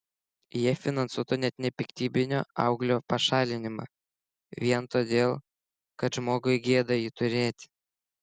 jie finansuotų net nepiktybinio auglio pašalinimą vien todėl kad žmogui gėda jį turėti